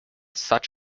such